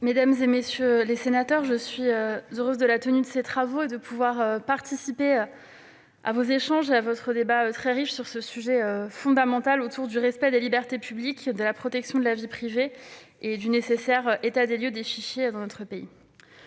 Mesdames, messieurs les sénateurs, je me réjouis de la tenue de ce débat et de pouvoir participer à vos échanges très riches sur ce sujet fondamental du respect des libertés publiques, de la protection de la vie privée et du nécessaire état des lieux des fichiers dans notre pays.